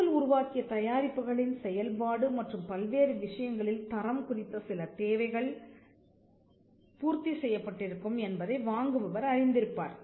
apple உருவாக்கிய தயாரிப்புகளின் செயல்பாடு மற்றும் பல்வேறு விஷயங்களில் தரம் குறித்த சில தேவைகள் பூர்த்தி செய்யப்பட்டு இருக்கும் என்பதை வாங்குபவர் அறிந்திருப்பார்